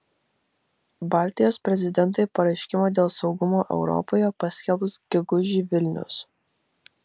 baltijos prezidentai pareiškimą dėl saugumo europoje paskelbs gegužį vilnius